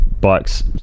bikes